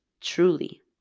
truly